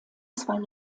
zwei